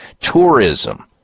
tourism